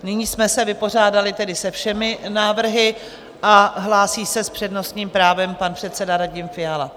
Nyní jsme se vypořádali tedy se všemi návrhy a hlásí se s přednostním právem pan předseda Radim Fiala.